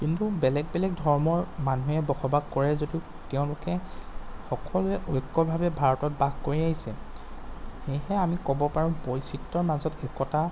কিন্তু বেলেগ বেলেগ ধৰ্মৰ মানুহে বসবাস কৰে যদিও তেওঁলোকে সকলোৱে ঐক্যভাৱে ভাৰতত বাস কৰি আহিছে সেয়েহে আমি ক'ব পাৰোঁ বৈচিত্ৰৰ মাজত একতা